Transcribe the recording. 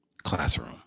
Classroom